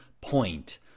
point